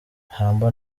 humble